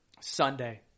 Sunday